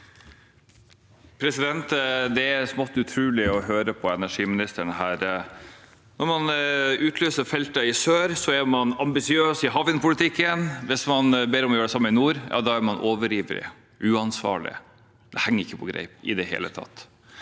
er smått utrolig å høre på energiministeren. Når man utlyser felter i sør, er man ambisiøs i havvindpolitikken. Hvis man ber om å gjøre det samme i nord, ja da er man overivrig, uansvarlig. Det henger ikke på greip i det hele tatt.